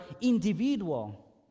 individual